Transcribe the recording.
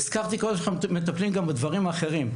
הזכרתי קודם שמטפלים גם בדברים האחרים,